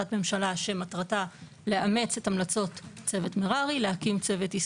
החלטת ממשלה שמטרתה לאמץ את המלצות צוות מררי להקים צוות.